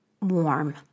warm